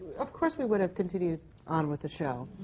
of course we would have continued on with the show.